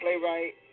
playwright